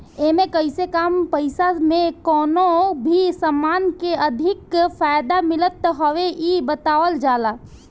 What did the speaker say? एमे कइसे कम पईसा में कवनो भी समान के अधिक फायदा मिलत हवे इ बतावल जाला